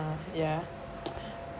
ah ya